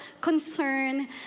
concern